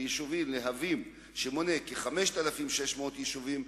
ביישובים להבים, שמונה כ-5,600 תושבים,